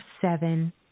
seven